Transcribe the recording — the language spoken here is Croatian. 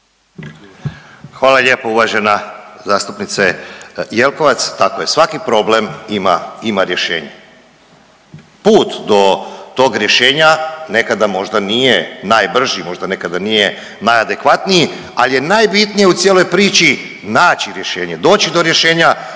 Hvala lijepo uvažena zastupnice Jelkovac. Tako je, svaki problem ima rješenje. Put do tog rješenja nekada možda nije najbrži, možda nekada nije najadekvatniji, ali je najbitnije u cijeloj priči naći rješenje, doći do rješenja.